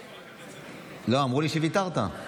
לא, אמרו לי שוויתרת.